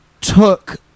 took